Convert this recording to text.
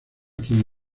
quien